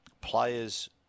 players